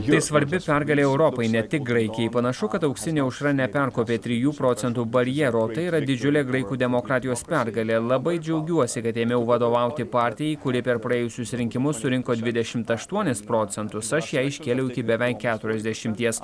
tai svarbi pergalė europai ne tik graikijai panašu kad auksinė aušra neperkopė trijų procentų barjero o tai yra didžiulė graikų demokratijos pergalė labai džiaugiuosi kad ėmiau vadovauti partijai kuri per praėjusius rinkimus surinko dvidešimt aštuonis procentus aš ją iškėliau iki beveik keturiasdešimties